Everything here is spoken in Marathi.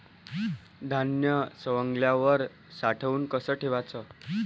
धान्य सवंगल्यावर साठवून कस ठेवाच?